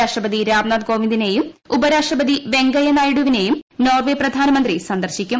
രാഷ്ട്രപതി രാംനാഥ് കോവിന്ദിനെയും ഉപരാഷ്ട്രപതി വെങ്കയ്യനായിഡുവിനെയും നേർവെ പ്രധാനമന്ത്രി സന്ദർശിക്കും